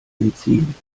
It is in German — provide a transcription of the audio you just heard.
entziehen